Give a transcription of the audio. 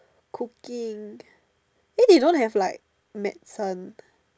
cooking eh they don't have like medicine